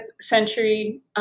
century